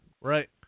Right